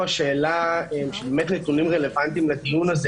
השאלה של נתונים רלוונטיים לדיון הזה,